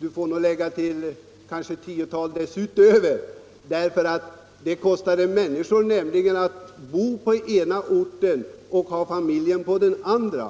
man får nog lägga till hundratals miljoner. Det kostade nämligen människorna mycket pengar att bo på den ena orten och att ha familjen på den andra.